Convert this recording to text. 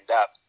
up